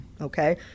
okay